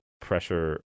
pressure